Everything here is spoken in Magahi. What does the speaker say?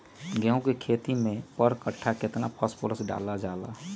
गेंहू के खेती में पर कट्ठा केतना फास्फोरस डाले जाला?